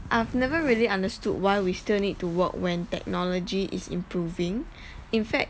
I've never really understood why we still need to work when technology is improving in fact